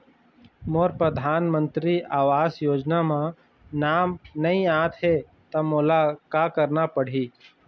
मोर परधानमंतरी आवास योजना म नाम नई आत हे त मोला का करना पड़ही?